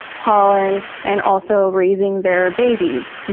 pollen, and also raising their babies.